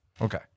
Okay